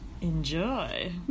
Enjoy